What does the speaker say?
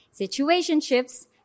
Situationships